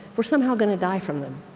we're somehow gonna die from them.